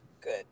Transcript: Good